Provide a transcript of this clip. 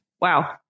Wow